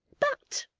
but,